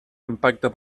impacte